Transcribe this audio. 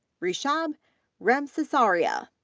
rishabh ramsisaria,